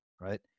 Right